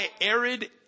arid